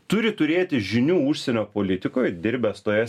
turi turėti žinių užsienio politikoj dirbęs toje